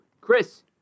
Chris